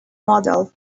model